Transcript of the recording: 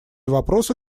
вопросы